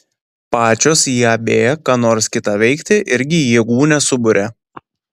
pačios iab ką nors kitą veikti irgi jėgų nesuburia